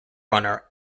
runner